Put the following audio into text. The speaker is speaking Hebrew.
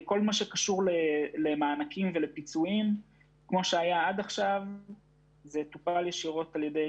כל מה שקשור למענקים ולפיצויים טופל ישירות על ידי